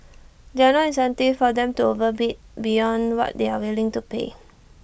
there're no incentives for them to overbid beyond what they are willing to pay